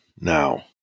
now